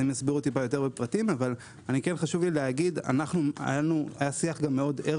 אבל חשוב לי לומר - היה שיח מאוד ער